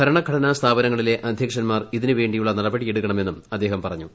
ഭരണഘടനാ സ്ഥാപനങ്ങളിലെ അധ്യക്ഷന്മാർ ഇതിനുവേണ്ടിയുള്ള നടപടി എടു ക്കണമെന്നും അദ്ദേഹം പറഞ്ഞു